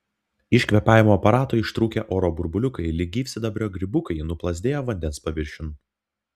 iš kvėpavimo aparato ištrūkę oro burbuliukai lyg gyvsidabrio grybukai nuplazdėjo vandens paviršiun